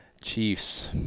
Chiefs